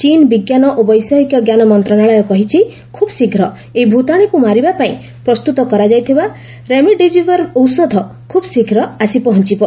ଚୀନ୍ ବିଜ୍ଞାନ ଓ ବୈଷୟିକଜ୍ଞାନ ମନ୍ତ୍ରଣାଳୟ କହିଛି ଖୁବ୍ଶୀଘ୍ର ଏହି ଭ୍ତାଣ୍ରକ୍ ମାରିବା ପାଇଁ ପ୍ରସ୍ତୁତ କରାଯାଇଥିବା ରେମ୍ଡେକିବିର୍ ଔଷଧ ଖୁବ୍ଶୀଘ୍ର ଆସି ପହଞ୍ଚବ